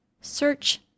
search